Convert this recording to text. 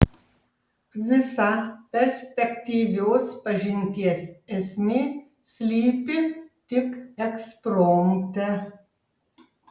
visa perspektyvios pažinties esmė slypi tik ekspromte